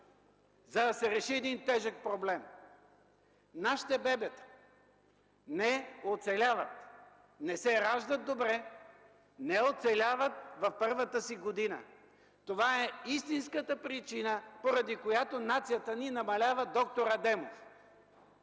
за да се реши един тежък проблем! Нашите бебета не оцеляват, не се раждат добре, не оцеляват в първата си година! Това е истинската причина, поради която нацията ни намалява, д-р Адемов!